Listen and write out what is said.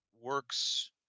works